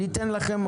אני אתן לכם.